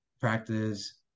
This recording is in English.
practice